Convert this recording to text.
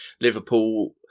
Liverpool